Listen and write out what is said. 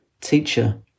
Teacher